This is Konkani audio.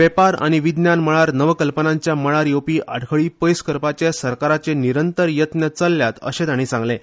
वेपार आऩी विज्ञान मळार नवकल्पनांच्या मळार येवपी आडखळी पैस करपाचे सरकाराचे निरंतर यत्न चलल्यात अशें ताणी सांगलें